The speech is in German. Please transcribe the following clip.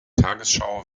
tagesschau